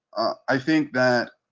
i think that